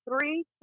three